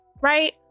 right